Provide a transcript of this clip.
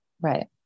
right